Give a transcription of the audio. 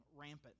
rampant